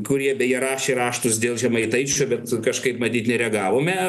kurie beje rašė raštus dėl žemaitaičio bet kažkaip matyt nereagavome